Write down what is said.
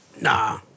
Nah